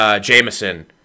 Jameson